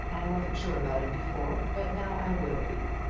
i wasn't sure about it before, but now i will be.